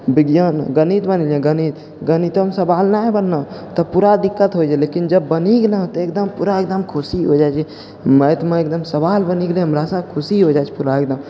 विज्ञान गणित बनेलिए गणित गणितोमे सवाल नहि बनलऽ तऽ पूरा दिक्कत होइ छै लेकिन जब बनि गेलै तऽ एकदम पूरा एकदम खुशी हो जाइ छै मैथमे एकदम सवाल बनि गेलै हमरासँ खुशी हो जाइ छै पूरा एकदम